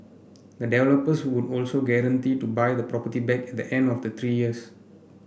the developers would also guarantee to buy the property back at the end of the three years